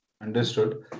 Understood